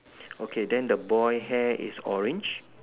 okay then the boy hair is orange